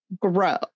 grow